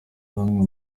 namwe